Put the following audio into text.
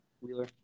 Wheeler